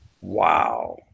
Wow